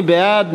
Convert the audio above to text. מי בעד?